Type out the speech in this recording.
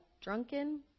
drunken